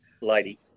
lady